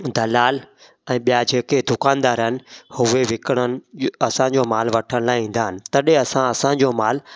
दलाल ऐं ॿिया जेके दुकानदार आहिनि उहे विकिणनि असांजो मालु वठण लाइ ईंदा आहिनि तॾहिं असां असांजो मालु